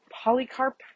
Polycarp